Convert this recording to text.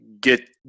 get